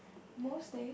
most day